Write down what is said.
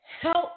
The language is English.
Help